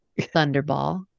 thunderball